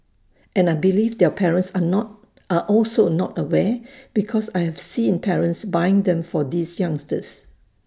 and I believe their parents are also not aware because I have seen parents buying them for these youngsters